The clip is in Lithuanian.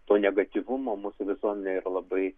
to negatyvumo mūsų visuomenėje yra labai